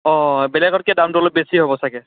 অঁ বেলেগতকৈ দামটো অলপ বেছি হ'ব চাগৈ